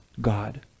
God